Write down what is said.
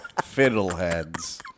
Fiddleheads